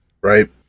right